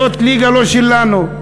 זאת ליגה לא שלנו,